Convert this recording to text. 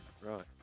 Right